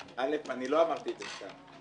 לא אמרתי את זה סתם,